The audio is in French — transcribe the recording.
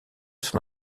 son